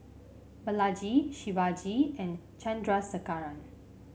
Balaji Shivaji and Chandrasekaran